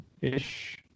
ish